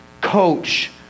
coach